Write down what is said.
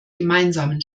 gemeinsamen